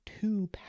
two